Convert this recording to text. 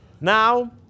Now